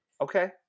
Okay